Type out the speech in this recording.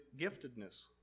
giftedness